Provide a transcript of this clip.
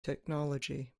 technology